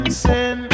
sin